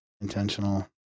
intentional